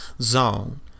zone